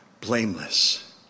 blameless